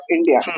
India